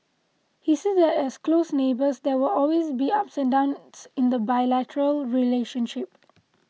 he said that as close neighbours there will always be ups and downs in the bilateral relationship